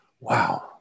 wow